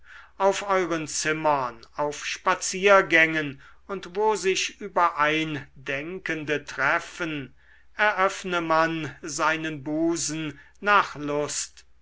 auf euren zimmern auf spaziergängen und wo sich übereindenkende treffen eröffne man seinen busen nach lust